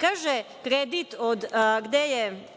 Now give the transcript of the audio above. Kaže – kredit gde je